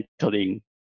mentoring